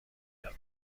رود